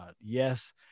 yes